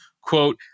Quote